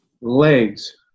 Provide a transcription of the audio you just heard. legs